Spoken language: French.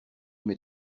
mets